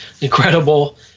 incredible